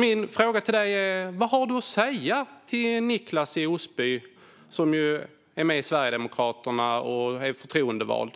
Min fråga till dig är därför: Vad har du att säga till Nicklas i Osby, som ju är med i Sverigedemokraterna och är förtroendevald,